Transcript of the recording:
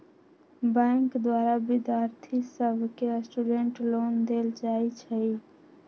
bank द्वारा विद्यार्थि सभके स्टूडेंट लोन देल जाइ छइ